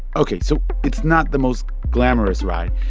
ok. so it's not the most glamorous ride.